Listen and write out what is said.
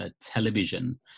television